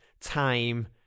time